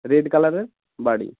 red কালারের বাড়ি